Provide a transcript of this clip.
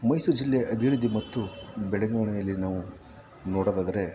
ಮೈಸೂರು ಜಿಲ್ಲೆ ಅಭಿವೃದ್ಧಿ ಮತ್ತು ಬೆಳವಣಿಗೆಯಲ್ಲಿ ನಾವು ನೋಡೋದಾದರೆ